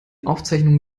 aufzeichnung